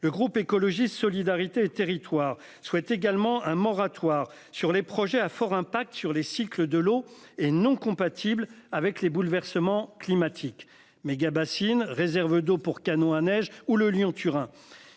le groupe écologiste solidarité et territoires souhaite également un moratoire sur les projets à fort impact sur les cycles de l'eau et non compatible avec les bouleversements climatiques mégabassines réserve d'eau pour canons à neige ou le Lyon-Turin.